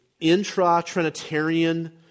intra-Trinitarian